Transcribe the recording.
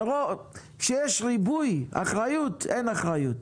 מרוב שיש ריבוי אחריות אין אחריות.